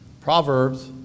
Proverbs